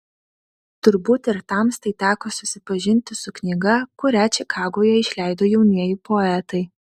turbūt ir tamstai teko susipažinti su knyga kurią čikagoje išleido jaunieji poetai